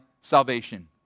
salvation